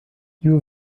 you